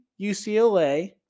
UCLA